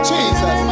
Jesus